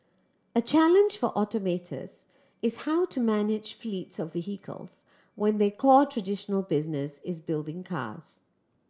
a challenge for automatous is how to manage fleets of vehicles when their core traditional business is building cars